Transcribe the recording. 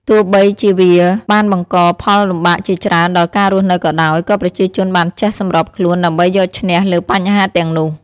ទោះបីជាវាបានបង្កផលលំបាកជាច្រើនដល់ការរស់នៅក៏ដោយ ក៏ប្រជាជនបានចេះសម្របខ្លួនដើម្បីយកឈ្នះលើបញ្ហាទាំងនោះ។